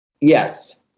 Yes